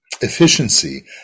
efficiency